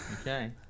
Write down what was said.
Okay